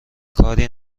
کاری